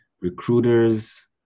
recruiters